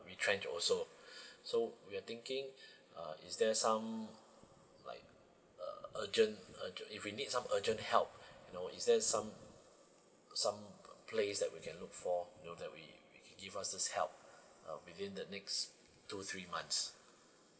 retrenched also so we're thinking uh is there some like uh urgent urgent if we need some urgent help you know is there some some place that we can look for you know that we we can give us this help within the next two three months